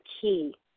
key